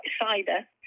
cider